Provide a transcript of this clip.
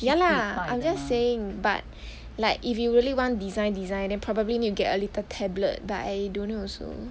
ya lah I I'm just saying but like if you really want design design then probably need to get a little tablet but I don't know also